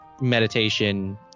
meditation